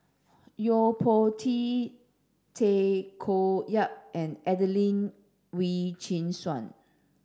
Yo Po Tee Tay Koh Yat and Adelene Wee Chin Suan